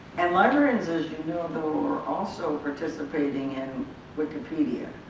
and librarians as you know are also participating in wikipedia